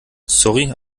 sorry